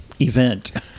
event